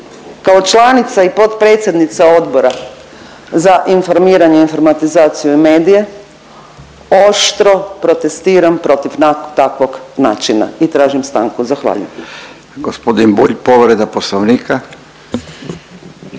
Kao članica i potpredsjednica Odbora za informiranje, informatizaciju i medije oštro protestiram protiv takvog načina i tražim stanku. Zahvaljujem.